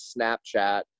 Snapchat